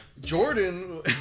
Jordan